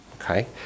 okay